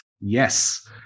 yes